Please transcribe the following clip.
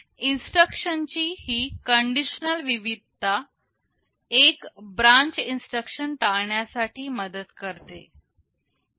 इन्स्ट्रक्शनची ही कंडिशनल विविधता एक ब्रांच इन्स्ट्रक्शन टाळण्यासाठी मदत करते